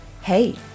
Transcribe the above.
Hey